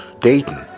Dayton